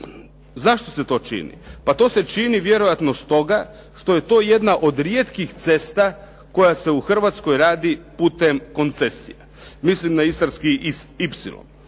Zašto se to čini? Pa to se čini vjerojatno stoga što je to jedna od rijetkih cesta koja se u Hrvatskoj radi putem koncesije, mislim na Istarski